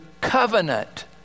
covenant